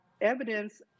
evidence